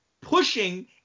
pushing